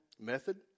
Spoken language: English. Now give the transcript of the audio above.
method